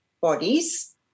bodies